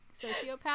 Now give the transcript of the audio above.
sociopath